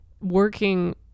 working